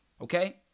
okay